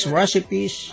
recipes